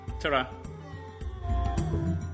Ta-ra